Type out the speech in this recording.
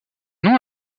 noms